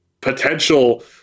potential